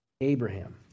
Abraham